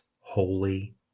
holy